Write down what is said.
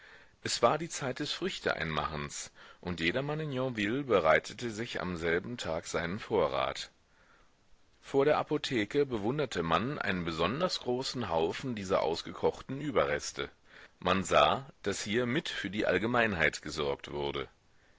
es war die zeit des früchteeinmachens und jedermann in yonville bereitete sich am selben tag seinen vorrat vor der apotheke bewunderte man einen besonders großen haufen dieser ausgekochten überreste man sah daß hier mit für die allgemeinheit gesorgt wurde